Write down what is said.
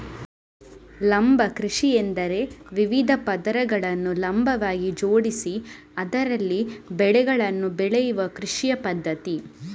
ಲಂಬ ಕೃಷಿಯೆಂದರೆ ವಿವಿಧ ಪದರಗಳನ್ನು ಲಂಬವಾಗಿ ಜೋಡಿಸಿ ಅದರಲ್ಲಿ ಬೆಳೆಗಳನ್ನು ಬೆಳೆಯುವ ಕೃಷಿಯ ಪದ್ಧತಿ